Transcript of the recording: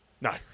no